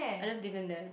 I just leave them there